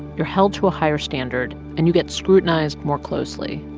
you're held to a higher standard. and you get scrutinized more closely.